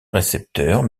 récepteurs